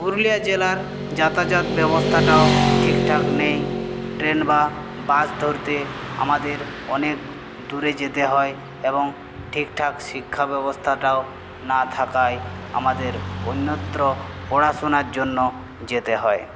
পুরুলিয়া জেলার যাতাযাত ব্যবস্থাটাও ঠিক ঠাক নেই ট্রেন বা বাস ধরতে আমাদের অনেক দূরে যেতে হয় এবং ঠিক ঠাক শিক্ষা ব্যবস্থাটাও না থাকায় আমাদের অন্যত্র পড়াশোনার জন্য যেতে হয়